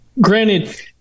granted